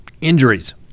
injuries